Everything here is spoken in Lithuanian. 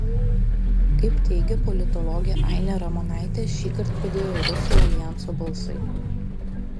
kaip teigia politologė ainė ramonaitė šįkart padėjo rusų aljanso balsai